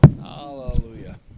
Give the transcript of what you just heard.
Hallelujah